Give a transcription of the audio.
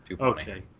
Okay